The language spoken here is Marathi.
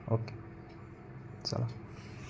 ओके चला